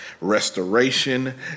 restoration